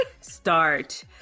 start